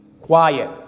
quiet